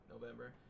November